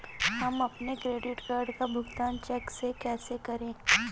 हम अपने credit card का भुगतान चेक से कैसे करें?